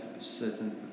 certain